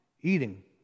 Eating